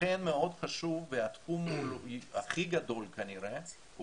לכן מאוד חשוב, והתחום הכי גדול כנראה הוא